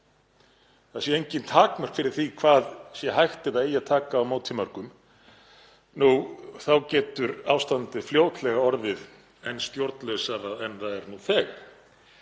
það séu engin takmörk fyrir því hvað sé hægt ef það eigi að taka á móti mörgum, þá getur ástandið fljótlega orðið enn stjórnlausara en það er nú þegar.